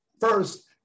First